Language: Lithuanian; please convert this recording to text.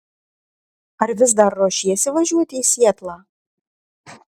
ar vis dar ruošiesi važiuoti į sietlą